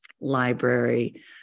library